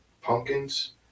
pumpkins